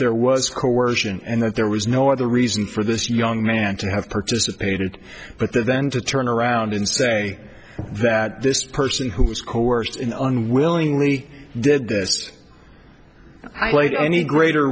there was coercion and that there was no other reason for this young man to have participated but then to turn around and say that this person who was coerced in unwillingly did this i played any greater